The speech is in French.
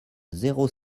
zéro